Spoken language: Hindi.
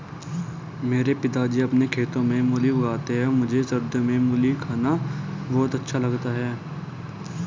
मेरे पिताजी अपने खेतों में मूली उगाते हैं मुझे सर्दियों में मूली खाना बहुत अच्छा लगता है